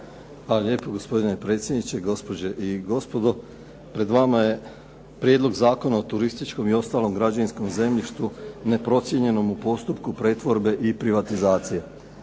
izvanredne sjednice. Prelazimo na točku dnevnog reda 12. Prijedlog zakona o turističkom i ostalom građevinskom zemljištu neprocijenjenom u postupku pretvorbe i privatizacije,